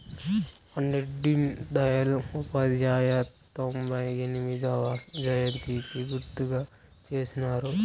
పండిట్ డీన్ దయల్ ఉపాధ్యాయ తొంభై ఎనిమొదవ జయంతికి గుర్తుగా చేసినారు